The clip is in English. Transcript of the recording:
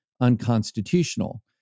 unconstitutional